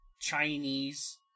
chinese